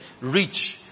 Reach